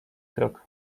krok